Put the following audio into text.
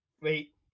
wait